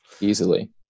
Easily